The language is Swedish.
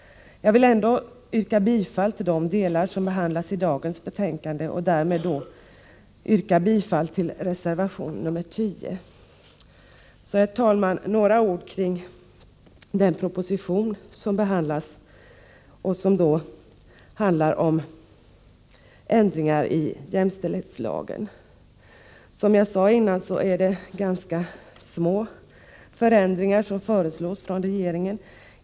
Jag vill ändå yrka bifall till de delar som behandlas i dagens betänkande och därmed till reservation nr 10. Så, herr talman, några ord kring den proposition som behandlas och som handlar om ändringar i jämställdhetslagen. Som jag tidigare sade är det ganska små förändringar som föreslås av regeringen.